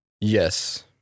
Yes